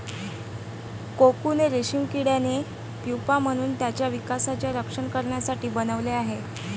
cocoon रेशीम किड्याने pupa म्हणून त्याच्या विकासाचे रक्षण करण्यासाठी बनवले आहे